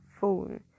phone